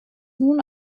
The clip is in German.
nun